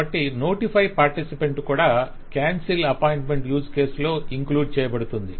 కాబట్టి notify participant కూడా cancel appointment use కేసులో ఇంక్లూడ్ చేయబడుతుంది